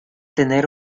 tener